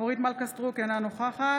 אורית מלכה סטרוק, אינה נוכחת